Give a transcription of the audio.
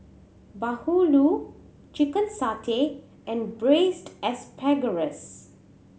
bahulu chicken satay and Braised Asparagus